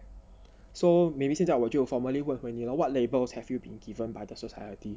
so maybe 现在我就 formally 问回你 lor what labels have you been given by the society